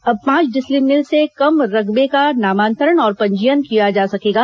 अब पांच डिसमिल से कम रकबे का नामांतरण और पंजीयन किया जा सकेगा